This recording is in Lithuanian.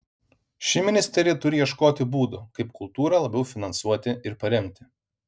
ši ministerija turi ieškoti būdų kaip kultūrą labiau finansuoti ir paremti